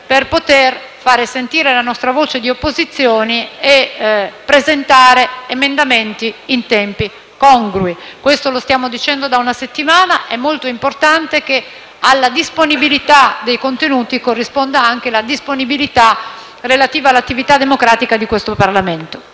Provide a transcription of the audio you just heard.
per poter fare sentire la nostra voce di opposizioni e presentare emendamenti in tempi congrui. Questo lo stiamo dicendo da una settimana; è molto importante che alla disponibilità dei contenuti corrisponda anche la disponibilità relativa all'attività democratica di questo Parlamento.